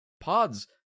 Pods